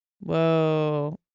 Whoa